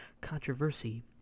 controversy